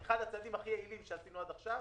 אחד הצעדים הכי יעילים שעשינו עד עכשיו,